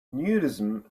nudism